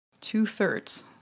Two-thirds